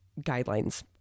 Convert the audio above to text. guidelines